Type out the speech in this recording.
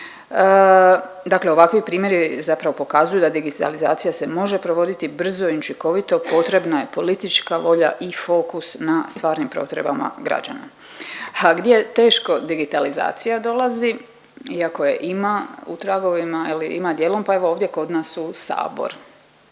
Dakle, ovakvi primjeri zapravo pokazuju da digitalizacija se može provoditi brzo i učinkovito, potrebna je politička volja i fokus na stvarnim potrebama građana. Ha gdje teško digitalizacija dolazi iako je ima u tragovima ili ima dijelom, pa evo ovdje kod nas u sabor.